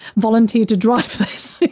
volunteered to drive this.